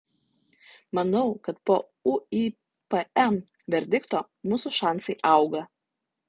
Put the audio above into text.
manau kad po uipm verdikto mūsų šansai auga